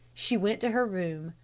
she went to her room,